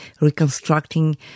reconstructing